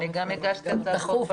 להצטרף למאגר.